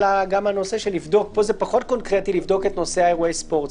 כאן זה פחות קונקרטי לבדוק את נושא אירועי הספורט,